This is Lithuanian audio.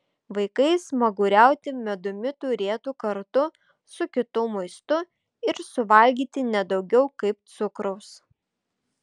vaikai smaguriauti medumi turėtų kartu su kitu maistu ir suvalgyti ne daugiau kaip cukraus